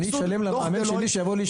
שאני אשלם למאמן שלי שיבוא להשתלמות?